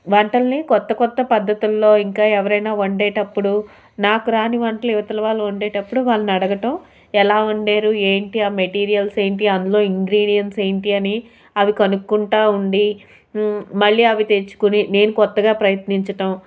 వంటలని క్రొత్త క్రొత్త పద్ధతులలో ఇంకా ఎవరైనా వండేటప్పుడు నాకు రాని వంటలు ఇవతల వాళ్ళు వండేటప్పుడు వాళ్ళని అడగడం ఎలా వండారు ఏంటి ఆ మెటీరియల్స్ ఏంటి అందులో ఇంగ్రిడియంట్స్ ఏంటి అని అవి కనుక్కుంటూ ఉండి మళ్ళీ అవి తెచ్చుకుని నేను కొత్తగా ప్రయత్నించడం